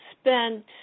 spent